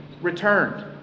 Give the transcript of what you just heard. returned